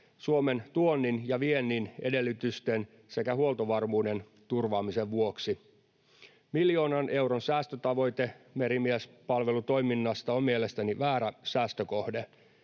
Suomen tuonnin ja viennin edellytysten sekä huoltovarmuuden turvaamisen vuoksi. Miljoonan euron säästötavoite merimiespalvelutoiminnasta on mielestäni väärä säästökohde.